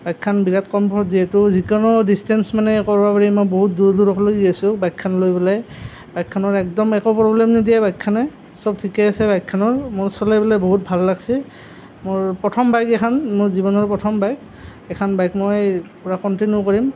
বাইকখন বিৰাট কমফৰ্ট যিহেতু যিকোনো দিচটেন্স মানে কৰিব পাৰি মই বহুত দূৰ দূৰলৈ গৈছোঁ বাইকখন লৈ পেলাই বাইকখনৰ একদম একো প্ৰব্লেম নিদিয়ে বাইকখনে চব ঠিকেই আছে বাইকখনৰ মোৰ চলাই পেলাই বহুত ভাল লাগছে মোৰ প্ৰথম বাইক এইখন মোৰ জীৱনৰ প্ৰথম বাইক এইখন বাইক মই পূৰা কনটিনিউ কৰিম